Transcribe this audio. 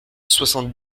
soixante